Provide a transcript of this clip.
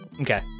Okay